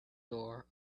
door